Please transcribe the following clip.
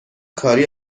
کاری